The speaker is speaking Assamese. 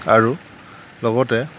আৰু লগতে